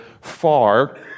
far